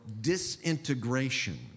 disintegration